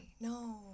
no